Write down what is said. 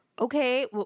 okay